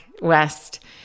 west